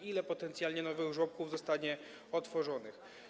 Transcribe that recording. Ile potencjalnie nowych żłobków zostanie otworzonych?